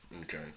Okay